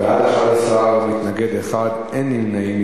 בעד, 11, מתנגד אחד, אין נמנעים.